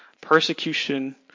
persecution